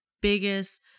biggest